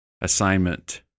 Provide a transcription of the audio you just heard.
assignment